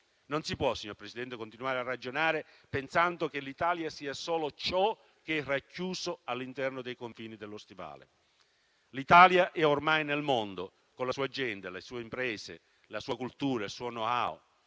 Non si può, signor Presidente, continuare a ragionare pensando che l'Italia sia solo ciò che è racchiuso all'interno dei confini dello stivale. L'Italia è ormai nel mondo, con la sua gente, le sue imprese, la sua cultura il suo *know how*,